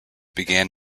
began